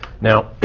Now